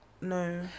no